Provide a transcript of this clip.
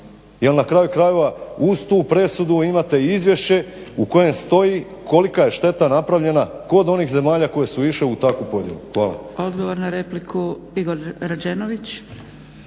na kraju krajeva uz tu presudu imate i izvješće u kojem stoji kolika je šteta napravljena kod onih zemalja koje su išle u takvu podjelu. Hvala.